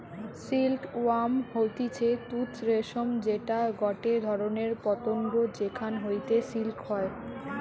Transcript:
silk worm হতিছে তুত রেশম যেটা গটে ধরণের পতঙ্গ যেখান হইতে সিল্ক হয়